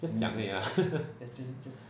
just 讲而已啦